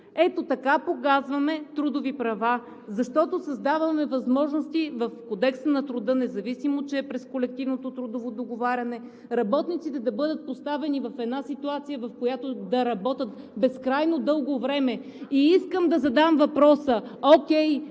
Ето така погазваме трудови права, защото създаваме възможности в Кодекса на труда, независимо че е през колективното трудово договаряне, работниците да бъдат поставени в една ситуация, в която да работят безкрайно дълго време. И искам да задам въпроса – окей,